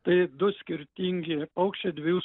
tai du skirtingi paukščiai dviejų